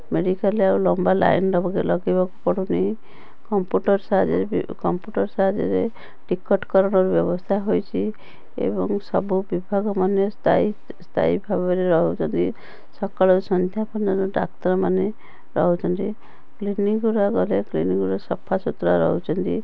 ମେଡ଼ିକାଲରେ ଆଉ ଲମ୍ବା ଲାଇନ୍ ଲଗାଇବାକୁ ପଡ଼ୁନି କମ୍ପୁଟର ସାହାଯ୍ୟ କମ୍ପୁଟର ସାହାଯ୍ୟରେ ଟିକଟ କରିବାର ବ୍ୟବସ୍ଥା ହେଉଛି ଏବଂ ସବୁ ବିଭାଗମାନେ ସ୍ଥାୟୀ ସ୍ଥାୟୀ ଭାବରେ ରହୁଛନ୍ତି ସକାଳରୁ ସନ୍ଧ୍ୟାପର୍ଯ୍ୟନ୍ତ ଡାକ୍ତରମାନେ ରହୁଛନ୍ତି କ୍ଲିନିଙ୍ଗ ଗୁଡ଼ାକରେ କ୍ଲିନିଙ୍ଗ ସଫାସୁତୁରା ରହୁଛନ୍ତି